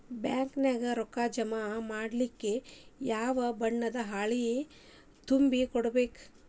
Bank ನ್ಯಾಗ ರೊಕ್ಕಾ ಜಮಾ ಮಾಡ್ಲಿಕ್ಕೆ ಯಾವ ಬಣ್ಣದ್ದ ಹಾಳಿ ತುಂಬಿ ಕೊಡ್ಬೇಕು?